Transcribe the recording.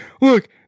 look